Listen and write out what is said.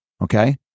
Okay